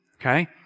okay